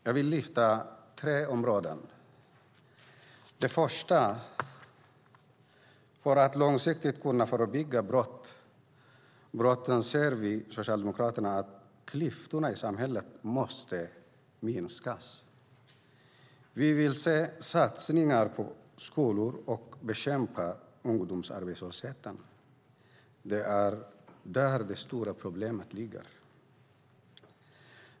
Jag vill lyfta upp tre områden. Det första är klyftorna i samhället som vi socialdemokrater anser måste minskas för att vi långsiktigt ska kunna förebygga brott. Vi vill se att man satsar på skolorna och bekämpar ungdomsarbetslösheten. Det är där det stora problemet ligger.